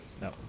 No